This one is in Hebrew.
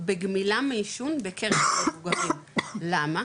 בגמילה מעישון בקרב המבוגרים, למה?